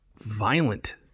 violent